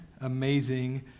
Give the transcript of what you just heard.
amazing